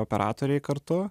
operatoriai kartu